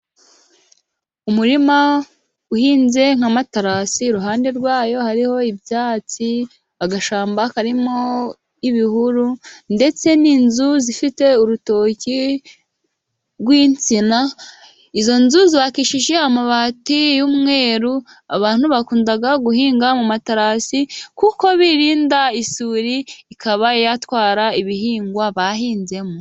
Umurima uhinze nk'amaterasi, iruhande rwayo hariho ibyatsi, agashyamba karimo ibihuru, ndetse n'inzu zifite urutoki rw'insina, izo nzu zubakishije amabati y'umweru. Abantu bakunda guhinga mu materasi, kuko birinda isuri, ikaba yatwara ibihingwa bahinzemo.